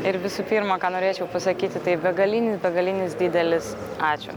ir visų pirma ką norėčiau pasakyti tai begalinis begalinis didelis ačiū